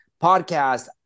podcast